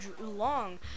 long